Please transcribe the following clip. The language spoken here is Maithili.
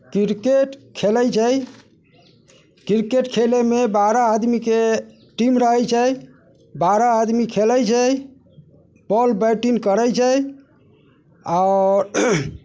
क्रिकेट खेलैत छै क्रिकेट खेलैमे बारह आदमीके टीम रहैत छै बारह आदमी खेलैत छै बॉल बैटिंग करैत छै आओर